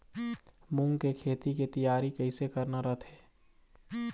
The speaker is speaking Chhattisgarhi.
मूंग के खेती के तियारी कइसे करना रथे?